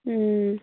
ও